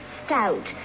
stout